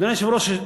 אדוני היושב-ראש,